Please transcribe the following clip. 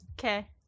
Okay